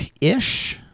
ish